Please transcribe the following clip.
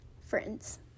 friends